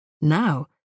Now